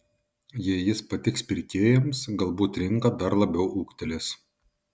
jei jis patiks pirkėjams galbūt rinka dar labiau ūgtelės